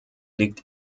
liegt